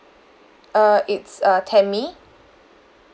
err it's uh tammy